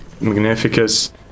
Magnificus